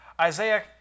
Isaiah